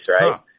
right